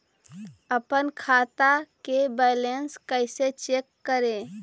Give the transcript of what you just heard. अपन खाता के बैलेंस कैसे चेक करे?